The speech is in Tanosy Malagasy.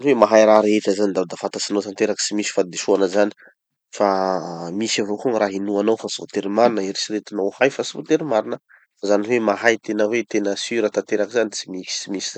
Gny hoe mahay raha rehetra zany davy da fantatrinao tanteraky tsy misy fahadisoana zany. Fa misy avao koa gny raha inoanao fa tsy voatery marina, eritseretinao ho hay fa tsy voatery marina. Ka zany hoe mahay tena hoe tena sura tanteraky zany, tsy misy tsy misy.